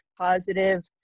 positive